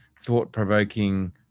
thought-provoking